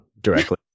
directly